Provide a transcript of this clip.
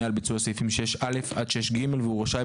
על ביצוע סעיפים 6א עד 6ג והוא רשאי,